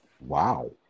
Wow